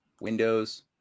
Windows